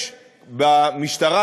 יש במשטרה,